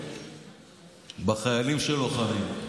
בחיילים שלוחמים.